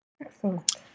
Excellent